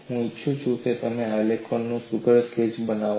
હું ઈચ્છું છું કે તમે આ આલેખનું સુઘડ રેખા ચિત્ર બનાવો